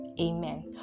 amen